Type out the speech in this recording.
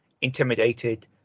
intimidated